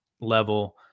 level